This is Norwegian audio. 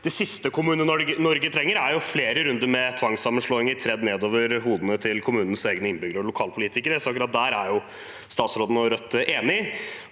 det siste Kommune-Norge trenger, er flere runder med tvangssammenslåinger tredd nedover hodene til kommunenes egne innbyggere og lokalpolitikere. Akkurat der er statsråden og Rødt enig.